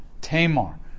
Tamar